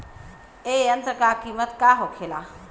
ए यंत्र का कीमत का होखेला?